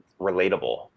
relatable